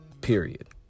Period